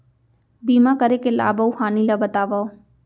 बीमा करे के लाभ अऊ हानि ला बतावव